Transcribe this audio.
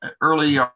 early